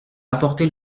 apporter